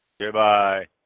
Goodbye